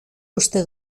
uste